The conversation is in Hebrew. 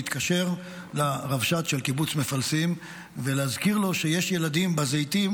להתקשר לרבש"צ של קיבוץ מפלסים ולהזכיר לו שיש ילדים בזיתים,